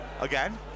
again